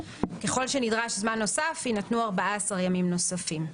ככל שנדרש זמן נוסף יינתנו 14 ימים נוספים.